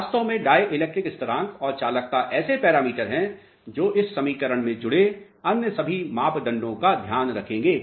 वास्तव में dielectric स्थरांक और चालकता ऐसे पैरामीटर हैं जो इस समीकरण में जुड़े अन्य सभी मापदंडों का ध्यान रखेंगे